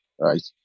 right